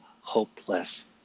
hopeless